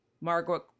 Margaret